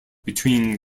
between